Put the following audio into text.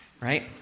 right